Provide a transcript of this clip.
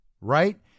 right